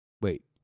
Wait